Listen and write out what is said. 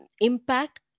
impact